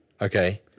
Okay